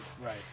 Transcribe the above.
right